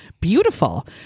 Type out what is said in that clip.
beautiful